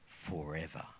forever